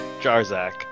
Jarzak